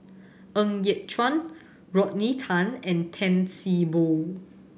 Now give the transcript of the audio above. Ng Yat Chuan Rodney Tan and Tan See Boo